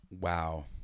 Wow